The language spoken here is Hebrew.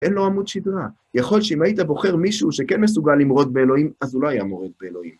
אין לו עמוד שדרה, יכול שאם היית בוחר מישהו שכן מסוגל למרוד באלוהים, אז הוא לא היה מורד באלוהים.